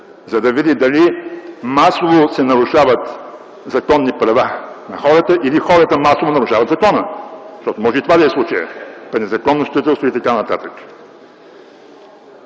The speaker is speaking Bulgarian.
за да види дали масово се нарушават законни права на хората, или хората масово нарушават закона, защото може и това да е случаят при незаконно строителство и т.н.